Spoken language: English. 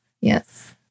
Yes